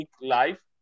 life